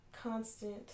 constant